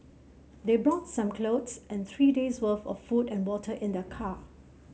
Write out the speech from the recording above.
they brought some clothes and three days' worth of food and water in their car